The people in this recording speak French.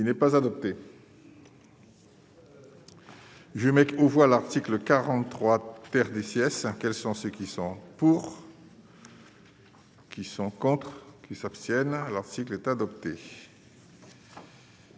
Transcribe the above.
n'est pas adopté. Je mets aux voix, l'article 43 perd des sièges, quels sont ceux qui sont pour. Qui sont contres qui s'abstiennent, l'article est adopté.